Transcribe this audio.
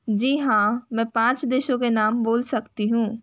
जी हाँ मैं पाँच देशों के नाम बोल सकती हूँ